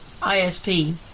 isp